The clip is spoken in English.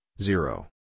zero